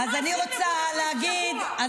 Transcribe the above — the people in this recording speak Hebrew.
אני רוצה לשמוע את עצמי מצוין, אל תיתני לי טיפים.